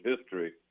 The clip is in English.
history